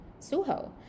Suho